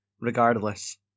regardless